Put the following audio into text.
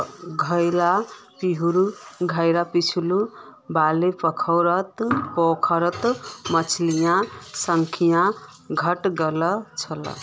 घरेर पीछू वाला पोखरत मछलिर संख्या घटे गेल छ